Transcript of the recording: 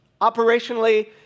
Operationally